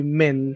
men